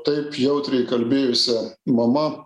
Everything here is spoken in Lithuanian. taip jautriai kalbėjusia mama